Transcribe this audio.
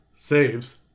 saves